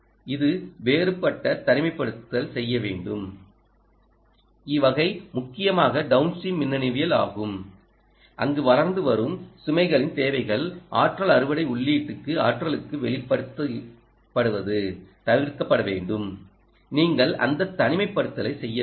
இது வேறுபட்ட தனிமைப்படுத்தல் செய்ய வேண்டும் இ வகை முக்கியமாக டவன்ஸ்டிரீம் மின்னணுவியல் ஆகும் அங்கு வளர்ந்து வரும் சுமைகளின் தேவைகள் ஆற்றல் அறுவடை உள்ளீட்டுக்க்கு ஆற்றலுக்கு வெளிப்படுத்தப்படுவது தவிர்க்கப்பட வேண்டும் நீங்கள் அந்த தனிமைப்படுத்தலை செய்ய வேண்டும்